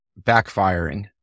backfiring